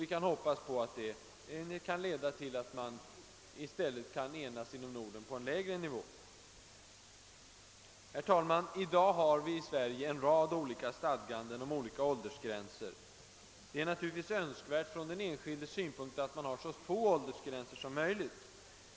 Vi kan hoppas att det leder till att de nordiska länderna enas om en gemensam och sänkt rösträttsålder. Det finns i Sverige i dag en rad stadganden om olika åldersgränser. Det är naturligtvis från den enskildes synpunkt önskvärt med så få åldersgränser som möjligt.